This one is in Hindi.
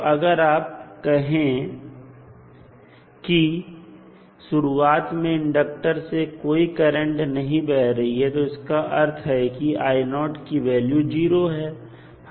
तो अगर आप कहें कि शुरुआत में इंडक्टर से कोई करंट नहीं बह रही है तो इसका अर्थ है की करंट की वैल्यू 0 है